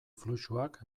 fluxuak